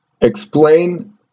Explain